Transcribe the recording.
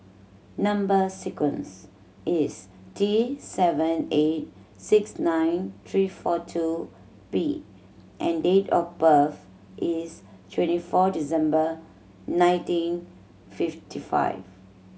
number sequence is T seven eight six nine three four two P and date of birth is twenty four December nineteen fifty five